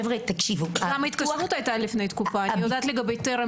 גם ההתקשרות הייתה לפני תקופה - עם טרם